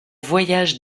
voyage